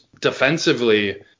defensively